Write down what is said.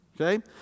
Okay